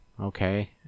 okay